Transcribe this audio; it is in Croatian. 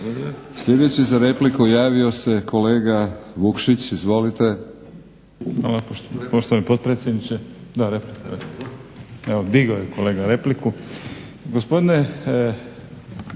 Sljedeći za repliku javio se kolega Vukšić. Izvolite.